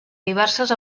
diverses